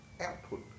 output